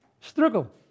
Struggle